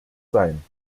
sein